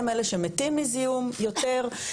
הם אלה שמתים מזיהום יותר,